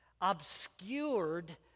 obscured